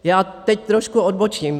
Já teď trošku odbočím.